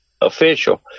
official